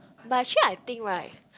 but actually I think right